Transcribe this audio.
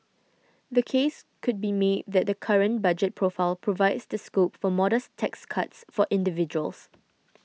the case could be made that the current budget profile provides the scope for modest tax cuts for individuals